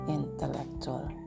intellectual